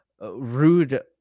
Rude